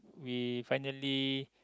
we finally